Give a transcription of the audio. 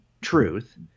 truth